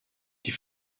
die